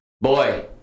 boy